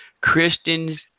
Christians